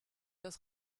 das